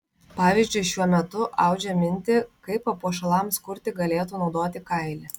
pavyzdžiui šiuo metu audžia mintį kaip papuošalams kurti galėtų naudoti kailį